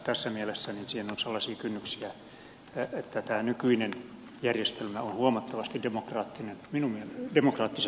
tässä mielessä siinä on sellaisia kynnyksiä että nykyinen järjestelmä on huomattavasti demokraattisempi minun mielestäni